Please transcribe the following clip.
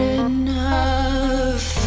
enough